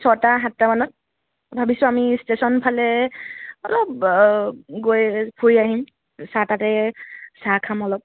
ছটা সাতটামানত ভাবিছোঁ আমি ষ্টেচনফালে অলপ গৈ ফুৰি আহিম চা তাতে চাহ খাম অলপ